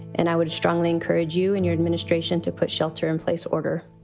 and i would strongly encourage you and your administration to put shelter in place. order.